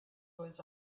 words